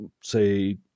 say